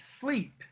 sleep